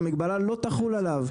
והמגבלה לא תחול עליו,